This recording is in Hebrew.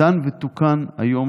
"ניתן ותוקן היום,